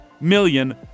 million